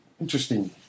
Interesting